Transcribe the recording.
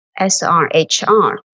SRHR